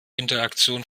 interaktion